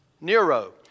Nero